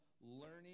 learning